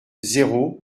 zéro